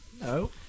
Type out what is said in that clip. No